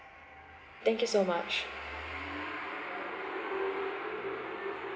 thank you so much